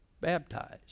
baptized